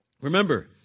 Remember